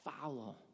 follow